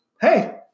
Hey